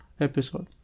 episode